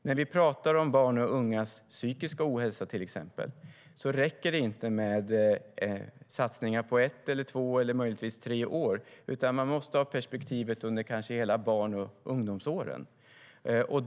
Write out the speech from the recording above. När vi talar om barns och ungas psykiska ohälsa, till exempel, räcker det inte med satsningar på ett, två eller tre år, utan man måste ha ett perspektiv som gäller hela barn och ungdomsåren.